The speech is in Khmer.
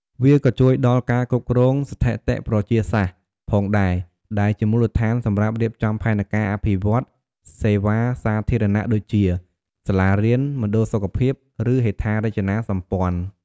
វាក៏ជួយដល់ ការគ្រប់គ្រងស្ថិតិប្រជាសាស្ត្រ ផងដែរ ដែលជាមូលដ្ឋានសម្រាប់រៀបចំផែនការអភិវឌ្ឍន៍សេវាសាធារណៈដូចជា សាលារៀន មណ្ឌលសុខភាព ឬហេដ្ឋារចនាសម្ព័ន្ធ។